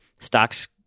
stocks